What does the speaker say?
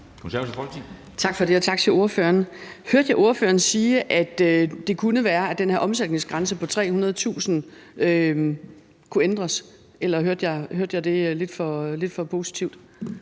Tak for det. Og tak til ordføreren. Hørte jeg ordføreren sige, at det kunne være, at den her omsætningsgrænse på 300.000 kr. kunne ændres, eller hørte jeg det lidt for positivt?